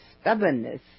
stubbornness